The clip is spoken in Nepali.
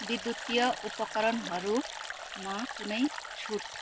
विद्युतीय उपकरणहरूमा कुनै छुट